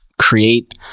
create